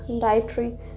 dietary